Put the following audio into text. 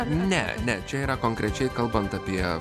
ne ne čia yra konkrečiai kalbant apie